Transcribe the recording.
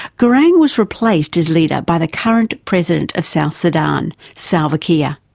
garang was replaced as leader by the current president of south sudan, salva kiir.